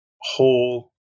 whole